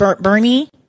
Bernie